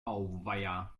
auweia